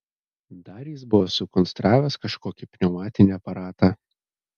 dar jis buvo sukonstravęs kažkokį pneumatinį aparatą